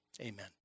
Amen